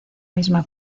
misma